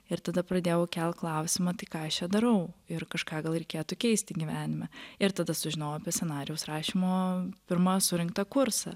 ir tada pradėjau kelt klausimą tai ką aš čia darau ir kažką gal reikėtų keisti gyvenime ir tada sužinojau apie scenarijaus rašymo pirmą surinktą kursą